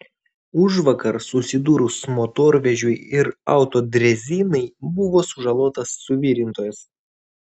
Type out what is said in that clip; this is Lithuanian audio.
užvakar susidūrus motorvežiui ir autodrezinai buvo sužalotas suvirintojas